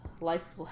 life